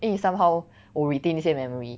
因为 somehow 我 retain 一些 memory